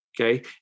okay